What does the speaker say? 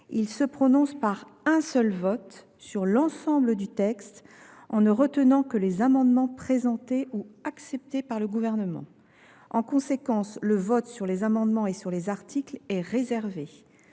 il se prononce par un seul vote sur l’ensemble du texte, en ne retenant que les amendements présentés ou acceptés par le Gouvernement. En conséquence, le vote sur les amendements et sur les articles est réservé.